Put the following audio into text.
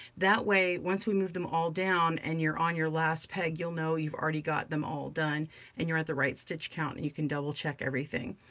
that way, once we moved them all down and you're on your last peg, you'll know you've already got them all done and you're at the right stitch count, and you can double check everything.